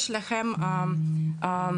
יש להם יכולת.